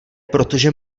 protože